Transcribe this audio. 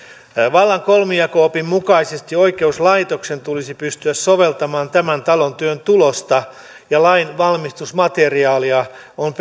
vallan kolmijako opin mukaisesti oikeuslaitoksen tulisi pystyä soveltamaan tämän talon työn tulosta ja lain valmistusmateriaalilla on